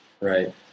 right